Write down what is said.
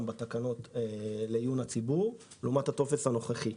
בתקנות לעיון הציבור לעומת הטופס הנוכחי.